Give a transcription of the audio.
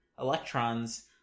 electrons